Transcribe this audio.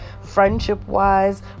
Friendship-wise